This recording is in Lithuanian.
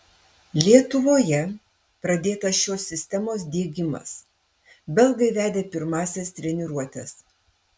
lietuvoje pradėtas šios sistemos diegimas belgai vedė pirmąsias treniruotes